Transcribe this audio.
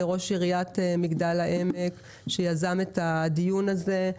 לראש עיריית מגדל העמק שיזם את הדיון הזה,